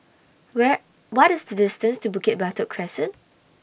Where What IS The distance to Bukit Batok Crescent